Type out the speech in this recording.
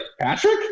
Patrick